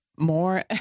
More